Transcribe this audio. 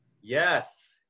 yes